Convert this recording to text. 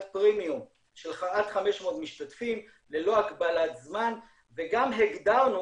פרימיום של עד 500 משתתפים ללא הגבלת זמן וגם הגדרנו